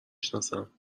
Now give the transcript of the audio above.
سناسم